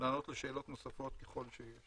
לענות על שאלות נוספות ככל שיהיו.